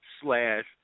slash